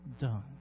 done